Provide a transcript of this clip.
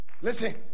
Listen